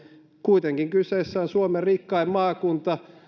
kuitenkin kyseessä on suomen rikkain maakunta